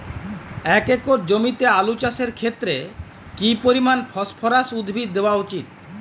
এক একর জমিতে আলু চাষের ক্ষেত্রে কি পরিমাণ ফসফরাস উদ্ভিদ দেওয়া উচিৎ?